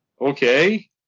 okay